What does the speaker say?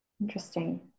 interesting